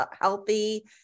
healthy